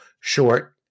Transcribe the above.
short